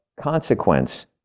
consequence